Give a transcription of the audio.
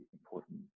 important